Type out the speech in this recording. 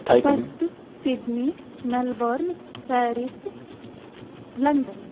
Perth Sydney Melbourne Paris London